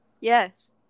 Yes